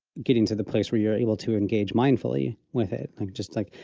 getting to the place where you're able to engage mindfully with it, like just like,